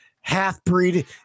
half-breed